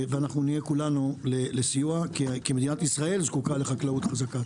ונהיה כולנו לסיוע כי מדינת ישראל זקוקה לחקלאות חזקה.